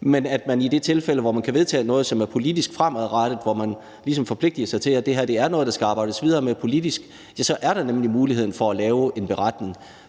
men at man i de tilfælde, hvor man kan vedtage noget, som er politisk fremadrettet, altså hvor man ligesom forpligter sig til, at det er noget, der skal arbejdes videre med politisk, så er der nemlig muligheden for at lave en beretning.